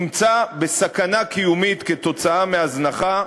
נמצא בסכנה קיומית כתוצאה מהזנחה,